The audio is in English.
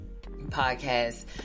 podcast